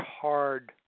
hard